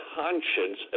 conscience